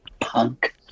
punk